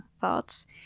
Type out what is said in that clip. thoughts